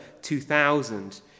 2000